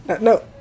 No